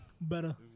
Better